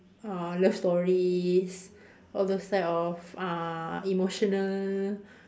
uh love stories all those type of uh emotional